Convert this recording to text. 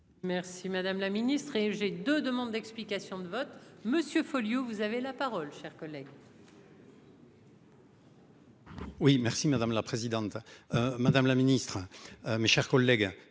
Merci madame la ministre et j'de demandes d'explications de vote monsieur Folliot. Vous avez la parole, cher collègue. Oui merci madame la présidente. Madame la Ministre, mes chers collègues.